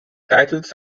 titles